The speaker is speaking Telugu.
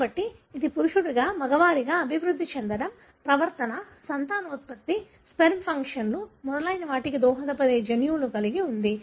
కాబట్టి ఇది పురుషుడిగా మగవారిగా అభివృద్ధి చెందడం ప్రవర్తన సంతానోత్పత్తి స్పెర్మ్ ఫంక్షన్లు మొదలైన వాటికి దోహదపడే జన్యువులను కలిగి ఉంది